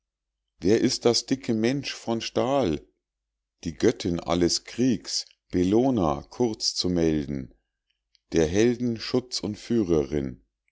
wer ist das dicke mensch von stahl die göttin alles kriegs bellona kurz zu melden der helden schutz und führerin